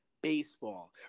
baseball